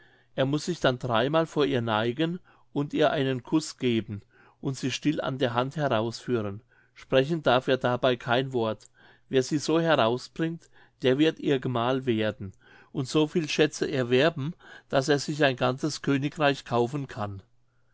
er muß sich dann dreimal vor ihr neigen und ihr einen kuß geben und sie still an der hand herausführen sprechen darf er dabei kein wort wer sie so herausbringt der wird ihr gemahl werden und so viel schätze erwerben daß er sich ein ganzes königreich kaufen kann